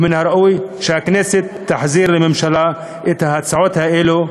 ומן הראוי שהכנסת תחזיר לממשלה את ההצעות האלה,